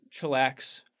chillax